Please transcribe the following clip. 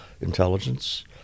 intelligence